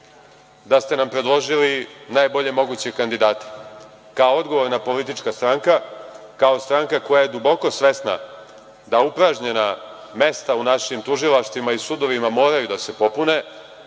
da ste nam predložili najbolje moguće kandidate. Kao odgovorna politička stranka, kao stranka koja je duboko svesna da upražnjena mesta u našim tužilaštvima i sudovima moraju da se popune